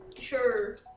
Sure